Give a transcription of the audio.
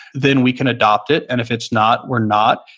then we can adopt it, and if it's not, we're not.